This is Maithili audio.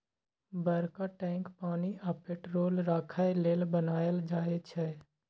बरका टैंक पानि आ पेट्रोल राखय लेल बनाएल जाई छै